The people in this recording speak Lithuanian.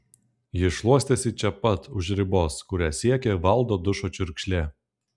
ji šluostėsi čia pat už ribos kurią siekė valdo dušo čiurkšlė